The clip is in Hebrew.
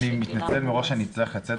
אני מתנצל מראש שאני צריך לצאת,